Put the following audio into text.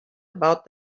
about